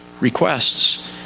requests